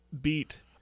beat